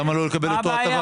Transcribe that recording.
למה לא לקבל את ההטבה?